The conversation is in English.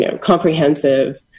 comprehensive